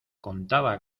contaba